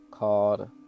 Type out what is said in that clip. Called